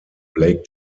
blake